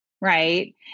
right